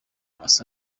asa